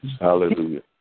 hallelujah